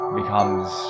becomes